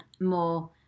more